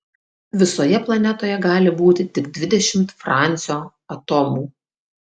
visoje planetoje gali būti tik dvidešimt francio atomų